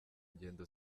ngendo